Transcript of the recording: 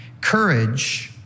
Courage